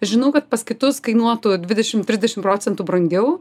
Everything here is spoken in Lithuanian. žinau kad pas kitus kainuotų dvidešim trisdešim procentų brangiau